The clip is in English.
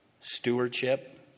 stewardship